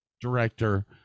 director